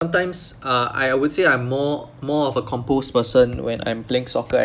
sometimes uh I I would say I'm more more of a composed person when I'm playing soccer and